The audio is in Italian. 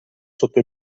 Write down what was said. sotto